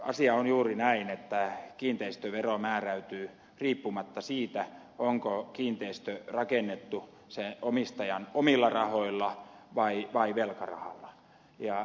asia on juuri näin että kiinteistövero määräytyy riippumatta siitä onko kiinteistö rakennettu sen omistajan omilla rahoilla vai velkarahalla